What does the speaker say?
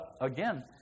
again